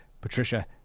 Patricia